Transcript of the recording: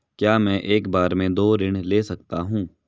क्या मैं एक बार में दो ऋण ले सकता हूँ?